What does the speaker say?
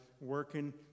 working